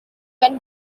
when